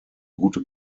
gute